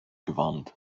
gewarnt